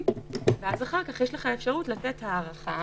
ואז אחר כך יש לך אפשרות לתת הארכה